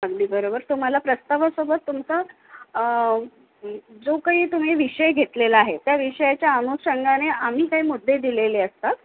अगदी बरोबर तुम्हाला प्रस्तावासोबत तुमचा जो काही तुम्ही विषय घेतलेला आहे त्या विषयाच्या अनुषंगाने आम्ही काही मुद्दे दिलेले असतात